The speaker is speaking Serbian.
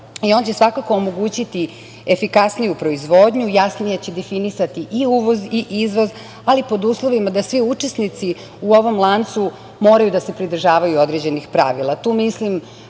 i on će svakako omogućiti efikasniju proizvodnju, jasnije će definisati i uvoz i izvoz, ali pod uslovima da svi učesnici u ovom lancu moraju da se pridržavaju određenih pravila.